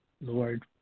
Lord